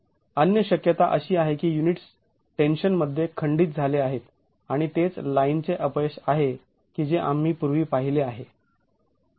अन्य शक्यता अशी आहे की युनिट्स टेन्शन मध्ये खंडित झाले आहेत आणि तेच लाईनचे अपयश आहे की जे आम्ही पूर्वी पाहिले आहे